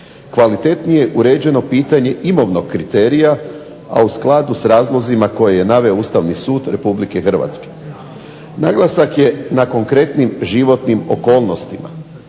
Kvalitetnije je uređeno pitanje imovnog kriterija, a u skladu s razlozima koje je naveo Ustavni sud Republike Hrvatske. Naglasak je na konkretnim životnim okolnostima,